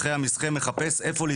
אחרי המשחה,